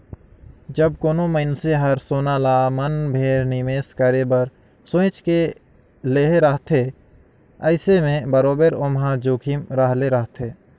जब कोनो मइनसे हर सोना ल मन भेर निवेस करे बर सोंएच के लेहे रहथे अइसे में बरोबेर ओम्हां जोखिम रहले रहथे